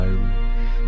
Irish